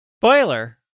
Spoiler